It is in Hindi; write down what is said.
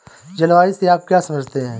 जलवायु से आप क्या समझते हैं?